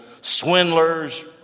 swindlers